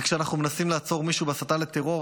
וכשאנחנו מנסים לעצור מישהו בהסתה לטרור,